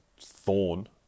Thorn